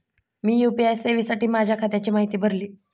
मी UPI सेवेसाठी माझ्या खात्याची माहिती भरली